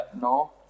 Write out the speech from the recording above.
No